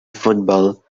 football